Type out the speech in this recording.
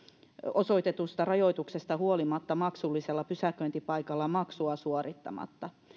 osoitetusta rajoituksesta huolimatta maksullisella pysäköintipaikalla maksua suorittamatta